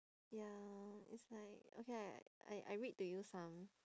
ya it's like okay I I I read to you some